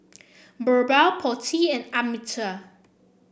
BirbaL Potti and Amitabh